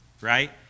right